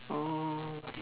oh